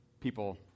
people